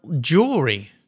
jewelry